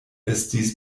estis